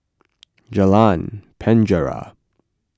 Jalan Penjara